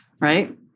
Right